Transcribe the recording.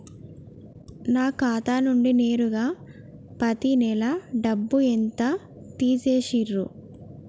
నా ఖాతా నుండి నేరుగా పత్తి నెల డబ్బు ఎంత తీసేశిర్రు?